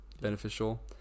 beneficial